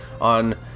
on